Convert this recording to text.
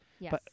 Yes